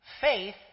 Faith